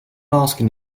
asking